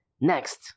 next